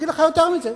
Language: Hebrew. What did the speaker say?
יותר מזה,